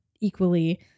equally